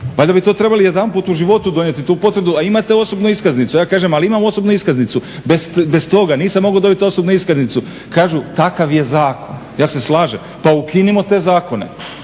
Valjda bi to trebali jedanput u životu, donijeti tu potvrdu a imate osobnu iskaznicu. Ja kažem, ali imam osobno iskaznicu, bez toga nisam mogao dobiti osobnu iskaznicu, kažu takav je zakon. Ja se slažem. Pa ukinimo te zakone.